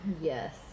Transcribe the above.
Yes